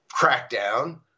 crackdown